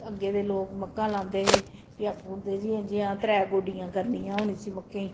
अग्गे दे लोक मक्कां लांदे हे जि'यां जि'यां ते त्रै गोड्डियां करनियां हून इस मक्के गी